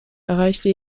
erreichte